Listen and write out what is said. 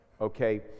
Okay